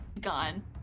Gone